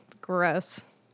Gross